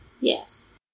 Yes